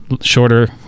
shorter